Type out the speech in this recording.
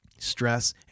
Stress